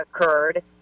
occurred